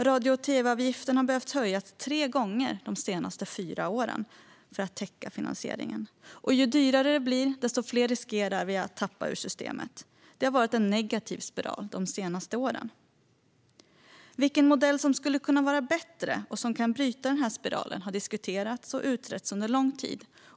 Radio och tv-avgiften har behövt höjas tre gånger de senaste fyra åren för att täcka finansieringen. Och ju dyrare det blir, desto fler riskerar man att tappa ur systemet. Det har varit en negativ spiral de senaste åren. Vilken modell som skulle kunna vara bättre och som kan bryta den här spiralen har diskuterats och utretts under lång tid.